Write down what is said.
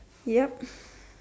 yup